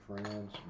friends